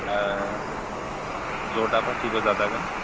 दा जरदा फाथिबो जाजागोन